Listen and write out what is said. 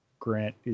Grant